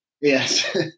Yes